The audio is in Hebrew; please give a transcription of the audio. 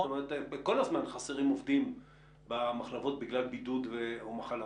כל הזמן חסרים עובדים במחלבות בגלל בידוד או מחלה.